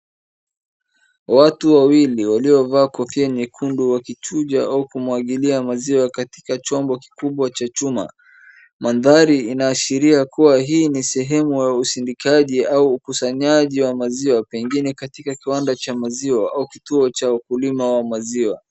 Watu wawili waliovaa kofia nyekundu wakichunja au kumwagilia maziwa katika chombo kikubwa cha chuma. Nambari inaashiria hii ni sehemu ya usindikaji au ukusanyi wa maziwa pengine katika kiwanda cha maziwa au kituo cha wakulima wa maziwa.